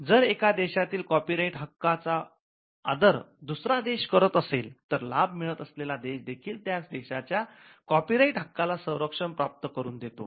जर एका देशातील कॉपी राईट हक्काचा आदर दुसरा देश करत असेल तर लाभ मिळत असलेला देश देखील त्या देशाच्या कॉपीराईट हक्काला संरक्षण प्राप्त करून देतो